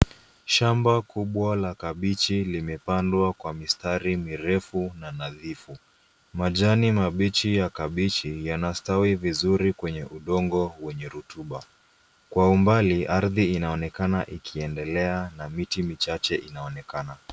Shamba kubwa la kabichi limepandwa kwa mistari mirefu na nadhifu. Majani mabichi ya kabichi yanastawi vizuri kwenye udongo wenye rutuba. Kwa umbali ardhi inaonekana ikiendelea na miti michache inaonekana.